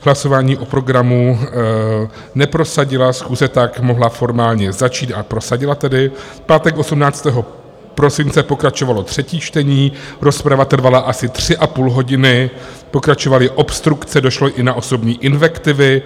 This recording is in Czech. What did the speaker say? Hlasování o programu neprosadila, schůze tak mohla formálně začít a prosadila tedy (?), v pátek 18. prosince pokračovalo třetí čtení, rozprava trvala asi tři a půl hodiny, pokračovaly obstrukce, došlo i na osobní invektivy.